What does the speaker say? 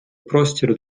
простір